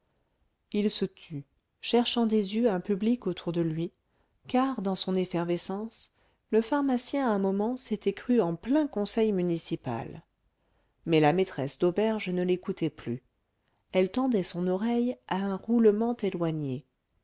il se tut cherchant des yeux un public autour de lui car dans son effervescence le pharmacien un moment s'était cru en plein conseil municipal mais la maîtresse d'auberge ne l'écoutait plus elle tendait son oreille à un roulement éloigné